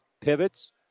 pivots